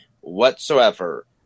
whatsoever